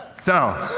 so